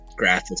graphics